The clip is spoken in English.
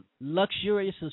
luxurious